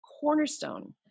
cornerstone